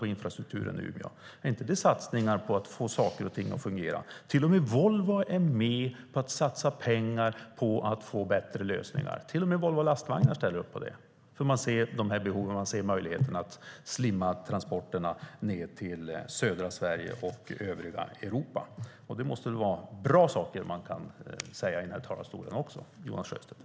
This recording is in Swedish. Är inte det att satsa på att få saker och ting att fungera? Till och med Volvo är med och satsar pengar på bättre lösningar. Även Volvo Lastvagnar ställer upp på att ta till vara möjligheterna att "slimma" transporterna ned till södra Sverige och till övriga Europa. Man måste ju också kunna säga bra saker från den här talarstolen, Jonas Sjöstedt.